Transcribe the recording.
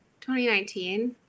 2019